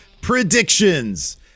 predictions